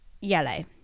yellow